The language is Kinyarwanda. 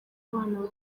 bana